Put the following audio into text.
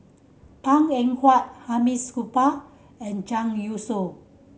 Ang Eng Huat Hamid Supaat and Zhang Youshuo